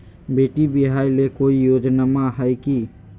बेटी ब्याह ले कोई योजनमा हय की?